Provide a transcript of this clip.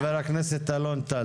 חבר הכנסת אלון טל,